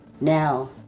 now